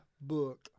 book